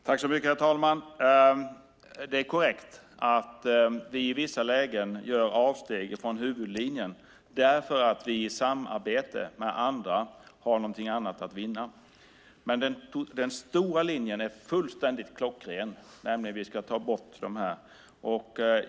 Herr talman! Det är korrekt att vi i vissa lägen gör avsteg från huvudlinjen därför att vi i samarbete med andra har någonting annat att vinna. Men den stora linjen är fullständigt klockren, nämligen att vi ska ta bort de här stöden.